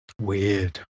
Weird